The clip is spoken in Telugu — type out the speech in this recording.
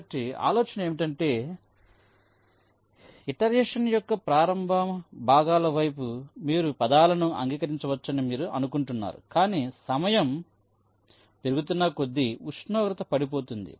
కాబట్టి ఆలోచన ఏమిటంటే ఇటరేషన్ యొక్క ప్రారంభ భాగాల వైపు మీరు పదాలను అంగీకరించవచ్చని మీరు అనుకుంటున్నారు కానీ సమయం పెరుగుతున్న కొద్దీ ఉష్ణోగ్రత పడిపోతుంది